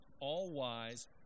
all-wise